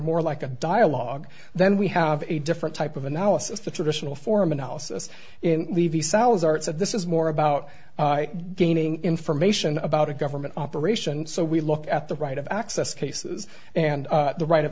more like a dialogue then we have a different type of analysis the traditional form analysis levy cells arts and this is more about gaining information about a government operation so we look at the right of access cases and the right of